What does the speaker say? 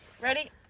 Ready